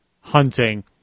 hunting